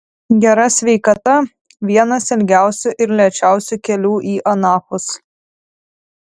gera sveikata vienas ilgiausių ir lėčiausių kelių į anapus